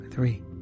Three